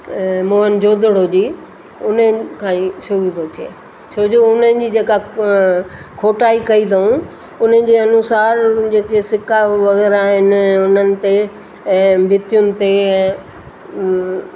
मोहन जो दड़ो जी उन्हनि खां ई शुरू थो थिए छोजो उन्हनि जी जेका खोटाई कई अथऊं उन्हनि जे अनुसारु उन्हनि जे सिका वग़ैरह आहिनि उन्हनि कंहिं ऐं भितियुनि ते ऐं उहे